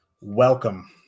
Welcome